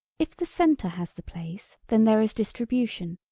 if the centre has the place then there is distribution.